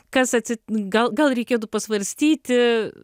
kas atsi gal gal reikėtų pasvarstyti